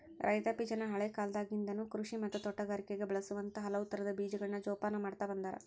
ರೈತಾಪಿಜನ ಹಳೇಕಾಲದಾಗಿಂದನು ಕೃಷಿ ಮತ್ತ ತೋಟಗಾರಿಕೆಗ ಬಳಸುವಂತ ಹಲವುತರದ ಬೇಜಗಳನ್ನ ಜೊಪಾನ ಮಾಡ್ತಾ ಬಂದಾರ